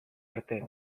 arte